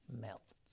melts